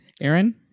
Aaron